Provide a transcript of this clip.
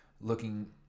looking